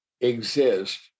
exist